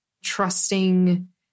trusting